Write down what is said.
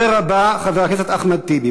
רבותי, רבותי חברי הכנסת לשמוע שמות.